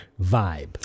vibe